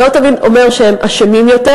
זה לא תמיד אומר שהם אשמים יותר,